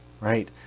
right